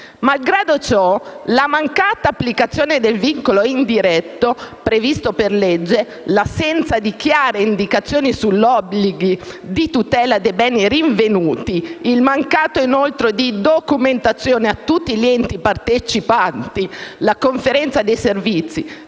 Malgrado ciò, la mancata applicazione del vincolo indiretto previsto per legge, l'assenza di chiare indicazioni sugli obblighi di tutela dei beni rinvenuti, il mancato inoltro di documentazione a tutti gli enti partecipanti la Conferenza dei servizi,